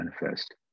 manifest